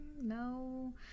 no